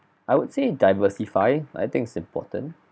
I would say diversify I think it's important